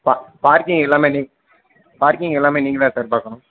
பா பார்க்கிங் எல்லாமே நீ பார்க்கிங் எல்லாமே நீங்கள் தான் சார் பார்க்கணும்